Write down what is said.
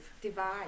divide